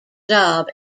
job